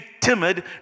timid